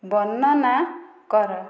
ବର୍ଣ୍ଣନା କର